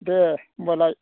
दे होनबालाय